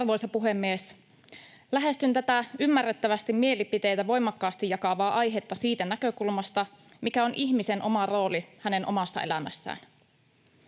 Arvoisa puhemies! Lähestyn tätä ymmärrettävästi mielipiteitä voimakkaasti jakavaa aihetta siitä näkökulmasta, mikä on ihmisen oma rooli hänen omassa elämässään.